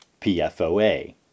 PFOA